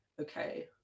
okay